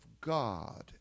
God